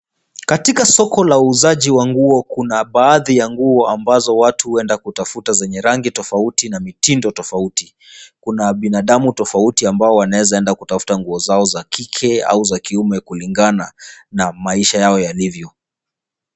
Katika soko la uuzaji wa nguo, kuna baadhi ya nguo ambazo watu huenda kutafuta zenye rangi tofauti na mitindo tofauti. Kuna binadamu tofauti ambao wanaeza enda kutafuta nguo zao za kike au za kiume kulingana na maisha yao yalivyo.